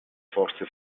forze